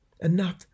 enough